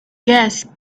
gas